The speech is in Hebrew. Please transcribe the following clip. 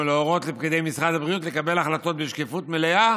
להורות לפקידי משרד הבריאות לקבל החלטות בשקיפות מלאה